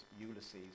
Ulysses